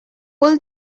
pull